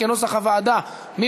כנוסח הוועדה, בקריאה שנייה.